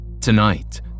Tonight